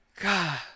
God